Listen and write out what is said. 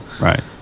right